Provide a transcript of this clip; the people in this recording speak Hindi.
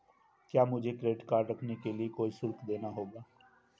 क्या मुझे क्रेडिट कार्ड रखने के लिए कोई शुल्क देना होगा?